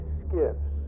skiffs